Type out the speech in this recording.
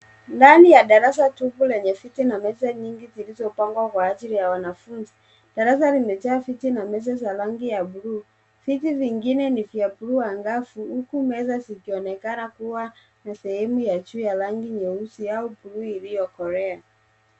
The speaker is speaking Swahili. Ndani ya darasa tupu lenye viti na meza nyingi zilizopangwa kwa ajili ya wanafunzi. Darasa limejaa viti na meza za rangi ya buluu. Viti vingine ni vya buluu angavu huku meza zikionekana kuwa na sehemu ya juu ya rangi nyeusi au buluu iliyokolea.